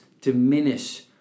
diminish